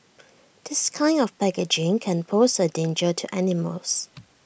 this kind of packaging can pose A danger to animals